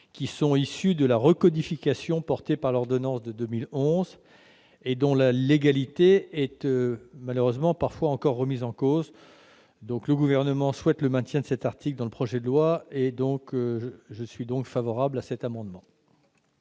minier issus de la recodification portée par l'ordonnance de 2011 et dont la légalité est malheureusement parfois encore remise en cause. Le Gouvernement souhaite le maintien de l'article dans le projet de loi. Je suis donc favorable à cet amendement.